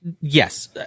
Yes